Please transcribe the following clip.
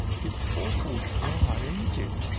it's awful dry, ain't it?